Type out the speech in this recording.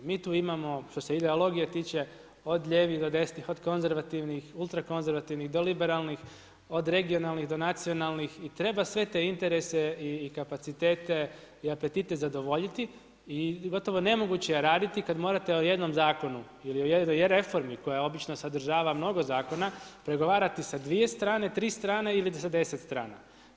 Mi tu imamo, što se ideologije tiče od lijevih do desnih, od konzervativnih, ultrakonzervativnih do liberalnih, od regionalnih do nacionalnih i treba sve te interese i kapacitete i apetite zadovoljiti i gotovo nemoguće je raditi kad morate o jednom zakonu ili reformi koja obično sadržava mnogo zakona pregovarati sa dvije strane, tri strane ili sa 10 strana.